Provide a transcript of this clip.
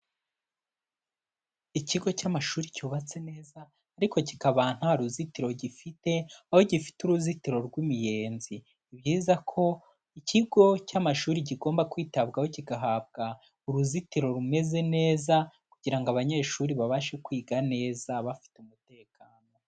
Ikigo cy'amashuri cyubatse neza ariko kikaba nta ruzitiro gifite, aho gifite uruzitiro rw'imiyenzi. Ni byiza ko ikigo cy'amashuri kigomba kwitabwaho kigahabwa uruzitiro rumeze neza kugira ngo abanyeshuri babashe kwiga neza bafite umutekano.